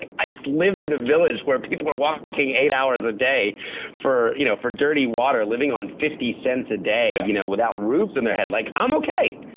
i just lived in a village where people are walking eight hours a day for you know for dirty water, living on fifty cents a day you know without roofs on their head. like i'm okay.